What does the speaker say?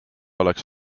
oleks